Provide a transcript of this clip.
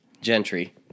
Gentry